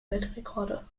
weltrekorde